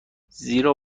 زیرا